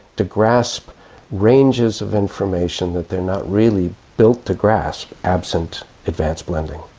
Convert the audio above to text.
to grasp ranges of information that they are not really built to grasp absent advanced blending.